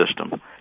system